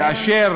לכן, כאשר